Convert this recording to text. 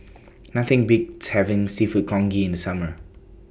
Nothing Beats having Seafood Congee in Summer